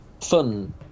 fun